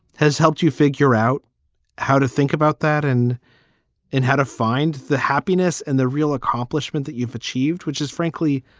has helped you figure out how to think about that and and how to find the happiness and the real accomplishment that you've achieved, which is frankly,